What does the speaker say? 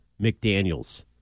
McDaniels